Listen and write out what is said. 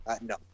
No